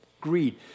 greed